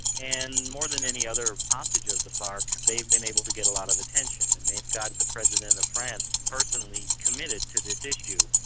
and more than any other hostage of the farc they've been able to get a lot of attention, and they've got the president of france personally committed to this issue.